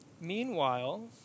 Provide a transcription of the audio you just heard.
meanwhile